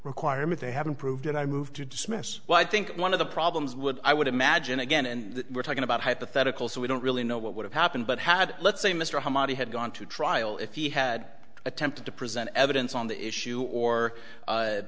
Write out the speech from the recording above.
requirement they haven't proved and i moved to dismiss what i think one of the problems with i would imagine again and we're talking about hypothetical so we don't really know what would have happened but had let's say mr hammadi had gone to trial if he had attempted to present evidence on the issue or